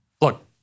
Look